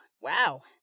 Wow